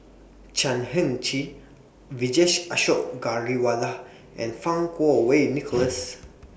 Chan Heng Chee Vijesh Ashok Ghariwala and Fang Kuo Wei Nicholas